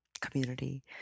Community